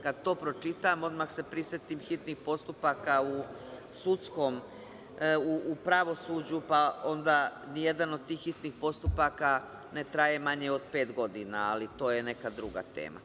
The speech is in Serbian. Kada to pročitam, odmah se prisetim hitnih postupaka u pravosuđu, pa onda jedan od tih hitnih postupaka ne traje manje od pet godina, ali to je neka druga tema.